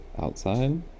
Outside